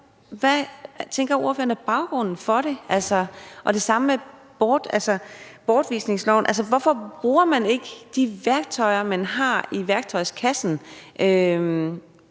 Hvad tænker ordføreren er baggrunden for det? Og det samme gælder bortvisningsloven. Altså, hvorfor bruger man ikke de værktøjer, man har i værktøjskassen?